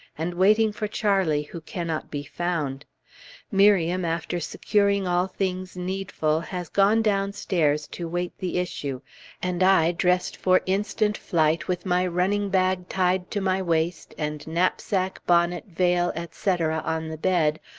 and waiting for charlie who cannot be found miriam, after securing all things needful, has gone downstairs to wait the issue and i, dressed for instant flight, with my running-bag tied to my waist, and knapsack, bonnet, veil, etc, on the bed,